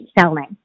selling